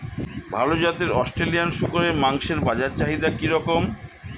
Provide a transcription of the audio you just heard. ভাল জাতের অস্ট্রেলিয়ান শূকরের মাংসের বাজার চাহিদা কি রকম?